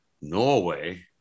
Norway